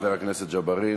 תודה לחבר הכנסת ג'בארין.